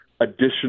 additional